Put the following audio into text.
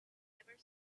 never